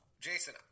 Jason